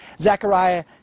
Zechariah